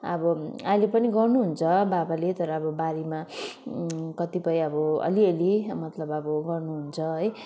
अब अहिले पनि गर्नुहुन्छ बाबाले तर अब बारीमा कतिपय अब अलिअलि मतलब अब गर्नुहुन्छ है